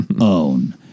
own